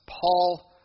Paul